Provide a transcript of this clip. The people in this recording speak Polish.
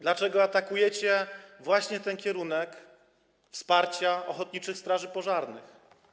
Dlaczego atakujecie właśnie ten kierunek wsparcia ochotniczych straży pożarnych?